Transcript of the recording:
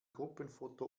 gruppenfoto